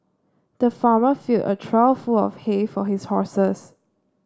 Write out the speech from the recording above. the farmer filled a trough full of hay for his horses